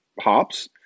hops